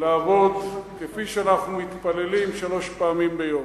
לעבוד כפי שאנחנו מתפללים שלוש פעמים ביום.